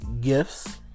gifts